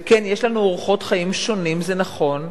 וכן, יש לנו אורחות חיים שונים, זה נכון,